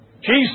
Jesus